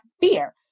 fear